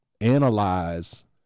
analyze